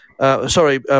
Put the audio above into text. Sorry